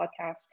podcast